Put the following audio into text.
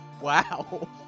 Wow